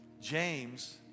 James